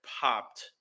popped